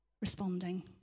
responding